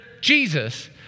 Jesus